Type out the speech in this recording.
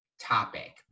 topic